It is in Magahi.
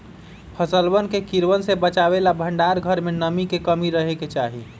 फसलवन के कीड़वन से बचावे ला भंडार घर में नमी के कमी रहे के चहि